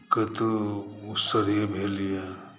कतौ उसरिए भेलैया